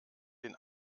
den